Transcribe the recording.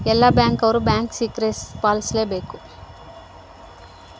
ಎಲ್ಲ ಬ್ಯಾಂಕ್ ಅವ್ರು bank secrecy ಪಾಲಿಸಲೇ ಬೇಕ